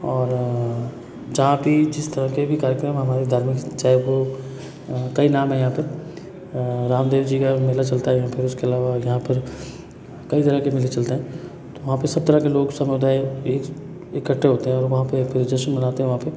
और जहाँ की जिस तरह के भी कार्यक्रम हमारे धार्मिक चाहे वो कई नाम है यहाँ पर रामदेव जी का मेला चलता है यहाँ पर उसके अलावा यहाँ पर कई तरह के मेले चलते हैं तो वहाँ पर सब तरह के लोग समुदाय एक इकट्ठे होते हैं वहाँ पर फिर जश्न मनाते वहाँ पर